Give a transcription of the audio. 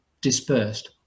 dispersed